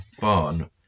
barn